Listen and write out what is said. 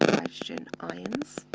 ah hydrogen ions.